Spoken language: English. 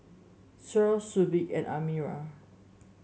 Syah Shuib and Amirah